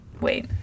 wait